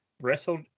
wrestled